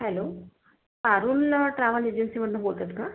hello Arun travel एजन्सीमधनं बोलत आहेत का